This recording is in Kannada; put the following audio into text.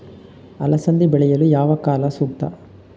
ಅಲಸಂದಿ ಬೆಳೆಯಲು ಯಾವ ಕಾಲ ಸೂಕ್ತ?